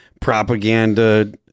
propaganda